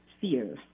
fear